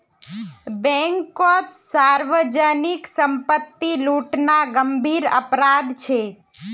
बैंककोत सार्वजनीक संपत्ति लूटना गंभीर अपराध छे